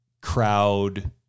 crowd